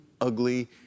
ugly